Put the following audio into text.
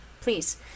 Please